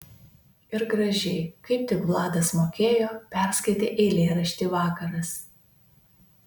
ir gražiai kaip tik vladas mokėjo perskaitė eilėraštį vakaras